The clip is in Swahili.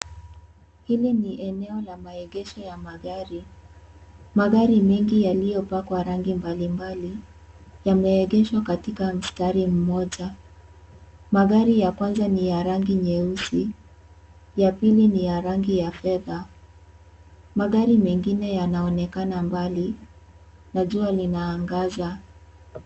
Hili ni eneo ya maegesho ya magari. Magari mengi yaliyopakwa rangi mbalimbali, yameegeshwa katika mstari mmoja. Magari ya kwanza ni ya rangi nyeusi, ya pili ni ya rangi ya fedha, magari mengine yanaonekana mbali na jua linaangaza.